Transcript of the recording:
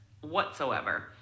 whatsoever